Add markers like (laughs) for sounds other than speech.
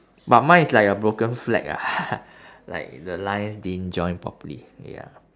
but mine is like a broken flag ah (laughs) like the lines didn't join properly ya